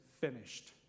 finished